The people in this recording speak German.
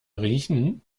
riechen